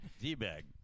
D-Bag